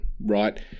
right